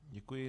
Děkuji.